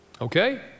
Okay